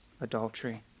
adultery